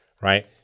right